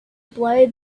blow